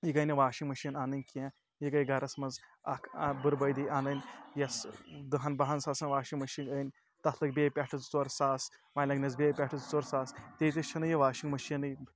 یہِ گٔیے نہٕ واشِنٛگ مِشیٖن اَنٕنۍ کینٛہہ یہِ گٔیے گَرَس منٛز اَکھ بُربٲدی اَنٕنۍ یَس دہَن بَہَن ساسن واشِنٛگ مِشیٖن أنۍ تَتھ لٔگۍ بیٚیہِ پٮ۪ٹھٕ زٕ ژور ساس وۄںۍ لَگنَس بیٚیہِ پٮ۪ٹھٕ زٕ ژور ساس تیٖتِس چھَنہٕ یہِ واشِںٛگ مِشیٖنٕے